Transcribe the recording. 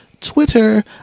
Twitter